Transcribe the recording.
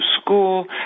school